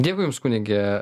dėkui jums kunige